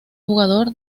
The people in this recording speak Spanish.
jugador